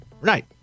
Right